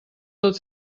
tot